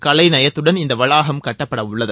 கலைநயத்துடன் இந்த வளாகம் கட்டப்படவுள்ளது